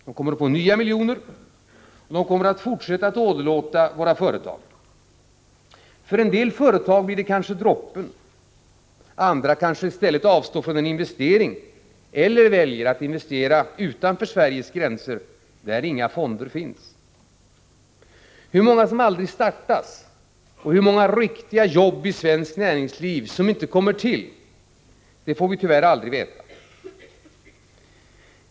De kommer att få nya miljoner, och de kommer att fortsätta att åderlåta våra företag. För en del företag blir det droppen. Andra kanske avstår från en investering eller väljer att investera utanför Sveriges gränser, där inga fonder finns. Hur många företag som aldrig startas och hur många riktiga jobb i svenskt näringsliv som inte kommer till, det får vi tyvärr aldrig veta.